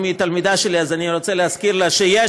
אם היא תלמידה שלי אז אני רוצה להזכיר לה שיש